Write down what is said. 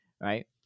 right